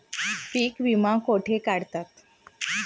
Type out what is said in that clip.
पीक विमा कुठे काढतात?